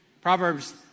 Proverbs